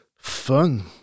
fun